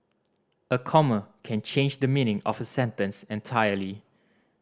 a comma can change the meaning of a sentence entirely